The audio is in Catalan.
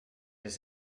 les